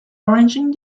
arranging